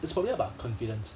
it's probably about confidence